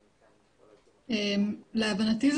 להבנתי,